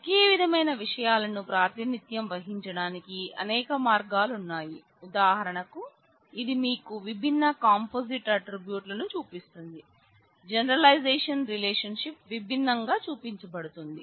ఒకే విధమైన విషయాలను ప్రాతినిధ్యం వహించడానికి అనేక మార్గాలున్నాయి ఉదాహరణకు ఇది మీకు విభిన్న కాంపోజిట్ ఆట్రిబ్యూట్ విభిన్నంగా చూపించబడుతుంది